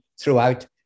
throughout